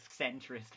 centrist